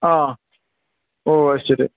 ആ ഓ അത് ശരി